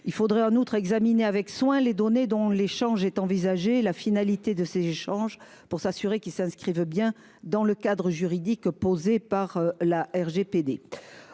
il faudrait examiner avec soin les données dont l’échange est envisagé, ainsi que la finalité de ces échanges, pour s’assurer qu’ils s’inscrivent bien dans le cadre juridique posé par le